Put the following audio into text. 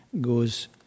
goes